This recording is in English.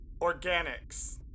organics